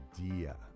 idea